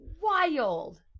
Wild